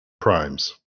primes